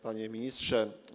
Panie Ministrze!